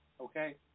Okay